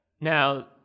now